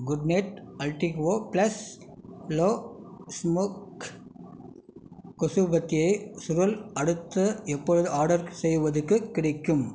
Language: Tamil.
good night active plus low smoke கொசுவர்த்தியை சுருள் அடுத்து எப்போது ஆடர்க்கு செய்வதற்குக் கிடைக்கும்